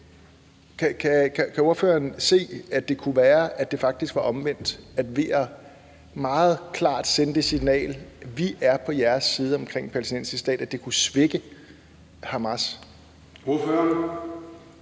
Kan ordføreren se, at det kunne være, at det faktisk var omvendt, at ved meget klart at sende det signal, at vi er på jeres side omkring en palæstinensisk stat, kunne det svække Hamas?